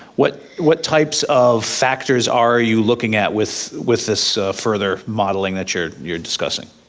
what what types of factors are you looking at with with this further modeling that you're you're discussing?